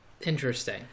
Interesting